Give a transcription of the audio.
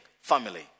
Family